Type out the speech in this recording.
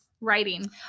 writing